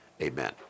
amen